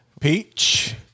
peach